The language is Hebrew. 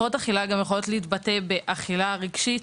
שיכולות גם להתבטא באכילה רגשית,